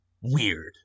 weird